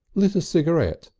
lit a cigarette,